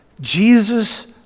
Jesus